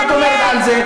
מה את אומרת על זה?